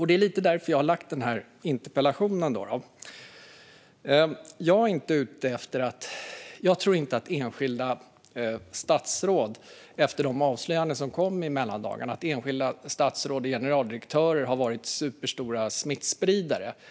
Det är lite därför jag har ställt den här interpellationen. Jag tror inte att enskilda statsråd och generaldirektörer, efter de avslöjanden som kom i mellandagarna, har varit superstora smittspridare.